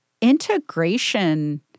integration